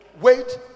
wait